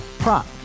Prop